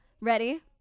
Ready